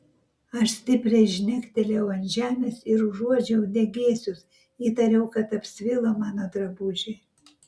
aš stipriai žnektelėjau ant žemės ir užuodžiau degėsius įtariau kad apsvilo mano drabužiai